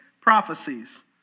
prophecies